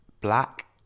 black